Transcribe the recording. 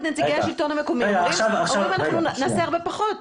נציגי השלטון המקומי שאומרים שהם יעשו הרבה פחות.